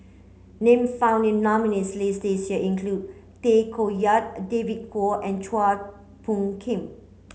names found in the nominees' list this year include Tay Koh Yat a David Kwo and Chua Phung Kim